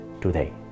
today